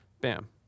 bam